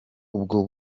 ubwo